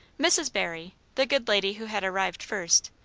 mrs. barry, the good lady who had arrived first,